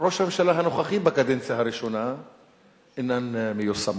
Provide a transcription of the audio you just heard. ראש הממשלה הנוכחי בקדנציה הראשונה אינם מיושמים.